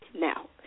now